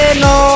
no